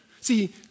See